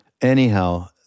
anyhow